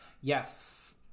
Yes